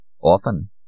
Often